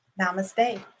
namaste